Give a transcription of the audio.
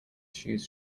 shoes